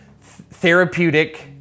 Therapeutic